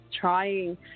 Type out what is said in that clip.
trying